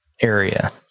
area